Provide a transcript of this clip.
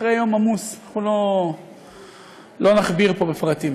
אחרי יום עמוס, אנחנו לא נכביר פה בפרטים.